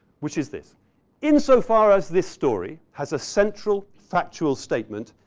which is this insofar as this story has a central, factual statement,